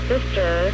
sister